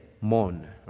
mourn